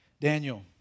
Daniel